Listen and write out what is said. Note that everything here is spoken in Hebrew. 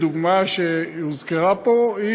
דוגמה שהוזכרה פה,